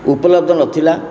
ଉପଲବ୍ଧ ନଥିଲା